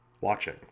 watching